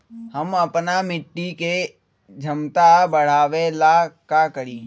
हम अपना मिट्टी के झमता बढ़ाबे ला का करी?